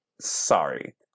Sorry